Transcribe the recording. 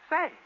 Say